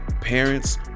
parents